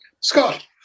Scott